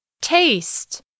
Taste